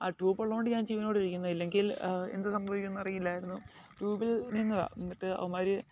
ആ ടുബുള്ളത് കൊണ്ട് ഞാൻ ജീവനോടെ ഇരിക്കുന്നു ഇല്ലെങ്കിൽ എന്ത് സംഭവിക്കുമെന്ന് അറിയില്ലായിരുന്നു ട്യൂബിൽ നിന്നത് എന്നിട്ട് അവന്മാർ